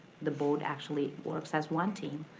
the board actually works as one team,